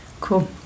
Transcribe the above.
Cool